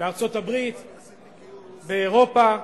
בארצות-הברית, באירופה,